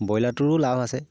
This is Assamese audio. ব্ৰইলাৰটোৰো লাভ আছে